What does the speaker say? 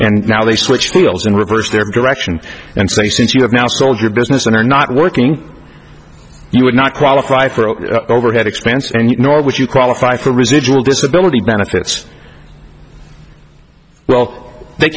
and now they switch wheels in reverse their direction and say since you have now sold your business and are not working you would not qualify for overhead expense and nor would you qualify for residual disability benefits well they